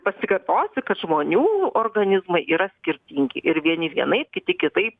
pasikartosiu kad žmonių organizmai yra skirtingi ir vieni vienaip kiti kitaip